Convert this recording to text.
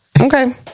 Okay